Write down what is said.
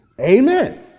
Amen